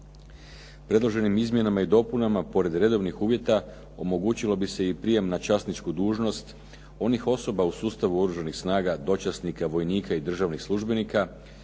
Predloženim izmjenama i dopunama pored redovnih uvjeta omogućilo bi se i prijem na časničku dužnost onih osoba u sustavu Oružanih snaga dočasnika, vojnika i državnih službenika